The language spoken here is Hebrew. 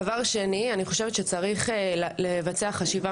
דבר שני, אני חושבת שצריך לבצע חשיבה